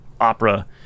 opera